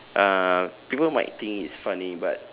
uh people might think it's funny but